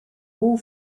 all